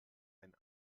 ein